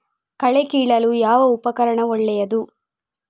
ಕಳೆ ಕೀಳಲು ಯಾವ ಉಪಕರಣ ಒಳ್ಳೆಯದು?